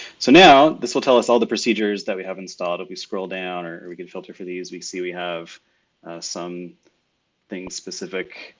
so now this will tell us all the procedures that we have installed. if we scroll down or we can filter for these. we see we have some things specific,